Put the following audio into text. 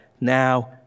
now